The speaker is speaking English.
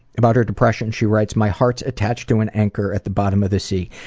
about her depression she writes, my heart's attached to an anchor at the bottom of the sea.